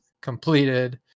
completed